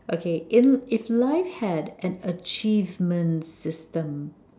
okay in if life had an achievement system